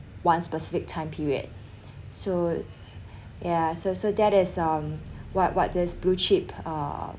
one specific time period so ya so so that is um what what this blue chip uh